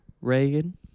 Reagan